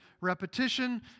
repetition